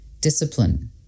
discipline